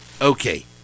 Okay